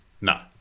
no